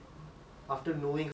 I can also become like him